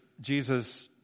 Jesus